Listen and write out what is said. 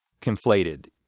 conflated